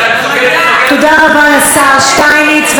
תודה רבה לשר שטייניץ.